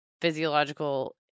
physiological